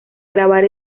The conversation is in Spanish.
grabar